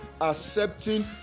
accepting